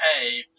hey